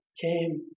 came